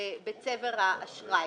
על הסחטנות.